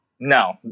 No